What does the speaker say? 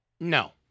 No